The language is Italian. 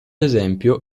esempio